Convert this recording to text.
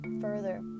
further